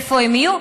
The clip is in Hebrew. איפה הן יהיו?